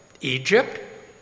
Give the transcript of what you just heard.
Egypt